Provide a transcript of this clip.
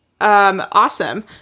Awesome